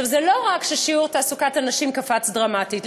זה לא רק ששיעור תעסוקת הנשים קפץ דרמטית,